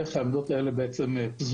איך העמדות האלה פזורות.